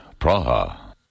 Praha